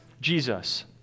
Jesus